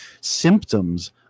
symptoms